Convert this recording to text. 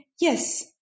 Yes